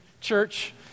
church